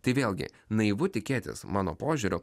tai vėlgi naivu tikėtis mano požiūriu